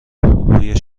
روی